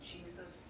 Jesus